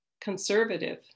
conservative